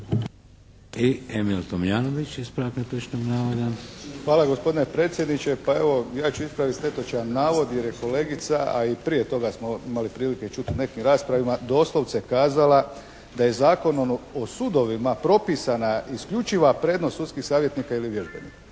**Tomljanović, Emil (HDZ)** Hvala gospodine predsjedniče. Pa evo, ja ću ispraviti netočan navod jer je kolegica, a i prije toga smo imali prilike čuti u nekim raspravama doslovce kazala da je Zakonom o sudovima propisana isključiva prednost sudskih savjetnika ili vježbenika.